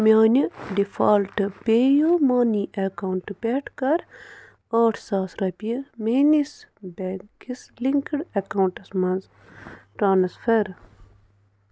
میٛانہِ ڈِفالٹہٕ PayU money اَکاونٛٹہٕ پٮ۪ٹھٕ کَر ٲٹھ ساس رۄپیہِ میٛٲنِس بیٚیِس لِنکٕڈ اَکاونٹَس مَنٛز ٹرٛانٕسفر